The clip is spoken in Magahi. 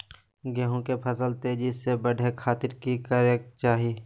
गेहूं के फसल तेजी से बढ़े खातिर की करके चाहि?